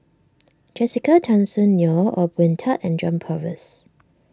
Jessica Tan Soon Neo Ong Boon Tat and John Purvis